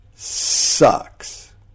sucks